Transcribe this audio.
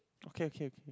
okay okay okay